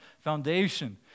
foundation